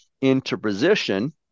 interposition